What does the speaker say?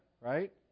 right